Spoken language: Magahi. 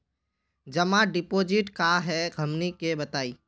जमा डिपोजिट का हे हमनी के बताई?